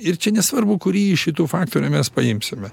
ir čia nesvarbu kurį iš šitų faktorių mes paimsime